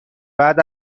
بعد